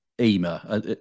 EMA